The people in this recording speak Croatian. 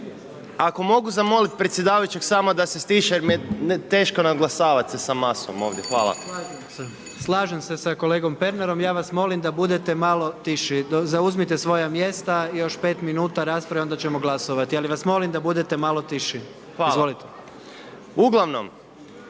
Ako mogu zamoliti predsjedavajuća samo da se stiša jer mi je teško naglašavati se s masom ovdje. Hvala. **Jandroković, Gordan (HDZ)** Slažem se s kolegom Pernarom, ja vas molim da budete malo tiši, zauzmite svoja mjesta, još 5 min rasprave onda ćemo glasovati, ali vas molim da budete malo tiši. Izvolite. **Pernar,